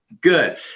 Good